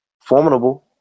formidable